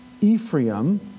Ephraim